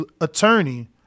attorney